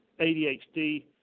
ADHD